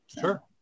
Sure